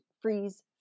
freeze